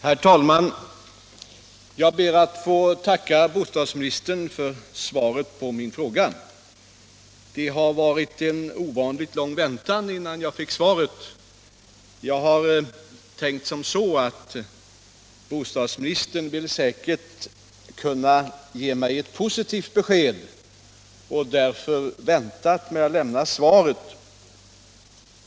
Herr talman! Jag ber att få tacka bostadsministern för svaret på min fråga. Det har varit en ovanligt lång väntan, men jag har tänkt som så att bostadsministern säkert vill kunna ge mig ett positivt besked och därför väntar med att lämna svaret.